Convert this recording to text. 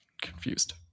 confused